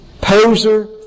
poser